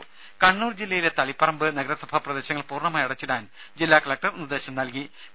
രുമ കണ്ണൂർ ജില്ലയിലെ തളിപ്പറമ്പ് നഗരസഭാ പ്രദേശങ്ങൾ പൂർണമായി അടച്ചിടാൻ ജില്ലാ കലക്ടർ ഉത്തരവിട്ടു